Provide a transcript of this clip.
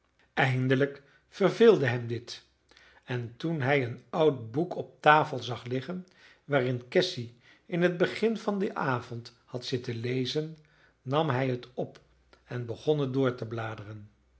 eindelijk verveelde hem dit en toen hij een oud boek op de tafel zag liggen waarin cassy in het begin van den avond had zitten lezen nam hij het op en begon het door te bladeren